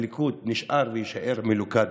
הליכוד נשאר ויישאר מלוכד,